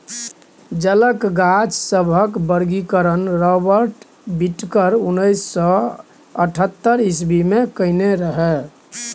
जलक गाछ सभक वर्गीकरण राबर्ट बिटकर उन्नैस सय अठहत्तर इस्वी मे केने रहय